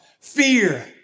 fear